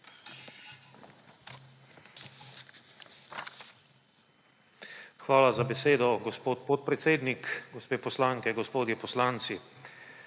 Hvala za besedo, gospod podpredsednik. Gospe poslanke, gospodje poslanci!